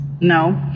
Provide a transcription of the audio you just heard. No